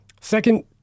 Second